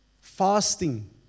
Fasting